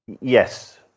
yes